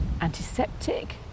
antiseptic